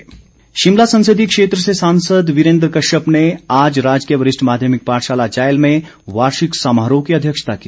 वीरेन्द्र कश्यप शिमला संसदीय क्षेत्र से सांसद वीरेन्द्र कश्यप ने आज राजकीय वरिष्ठ माध्यमिक पाठशाला चायल में वार्षिक समारोह की अध्यक्षता की